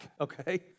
okay